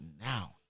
now